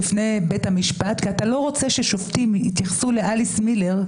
נשיא בית משפט עליון ושני נשיאים של ערכאות אחרות,